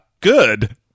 good